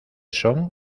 son